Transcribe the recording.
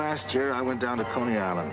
last year i went down to coney island